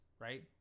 Right